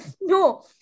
No